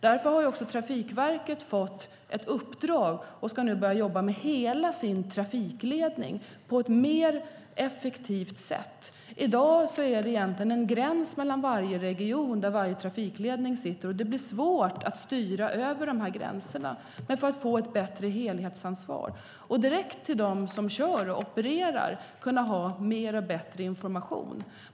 Därför har också Trafikverket fått ett uppdrag och ska nu börja jobba med hela sin trafikledning på ett effektivare sätt. I dag är det egentligen en gräns mellan varje region, där trafikledningarna sitter, och det är svårt att styra över gränserna. Det behövs ett bättre helhetsansvar, så att man kan ge mer och bättre information direkt till de olika operatörerna.